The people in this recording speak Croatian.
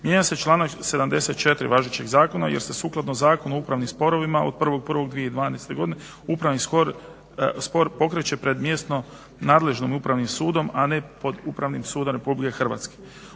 Mijenja se članak 74. važećeg zakona jer se sukladno Zakonu o upravnim sporovima od 1.01.2012. godine upravni spor pokreće pred mjesno nadležnim Upravnim sudom, a ne pod Upravnim sudom RH. Osim toga